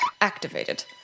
activated